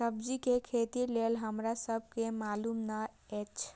सब्जी के खेती लेल हमरा सब के मालुम न एछ?